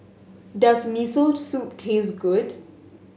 does Miso Soup taste good